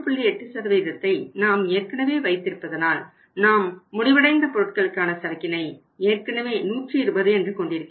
8ஐ நாம் ஏற்கனவே வைத்திருப்பதனால் நாம் முடிவடைந்த பொருட்களுக்கான சரக்கினை ஏற்கனவே 120 என்று கொண்டிருக்கிறோம்